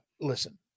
listen